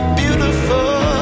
beautiful